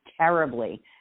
terribly